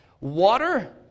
water